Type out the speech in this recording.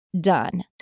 done